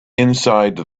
inside